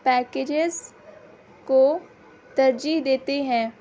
packages کو ترجیح دیتے ہیں